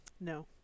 No